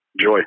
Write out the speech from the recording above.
joy